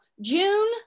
june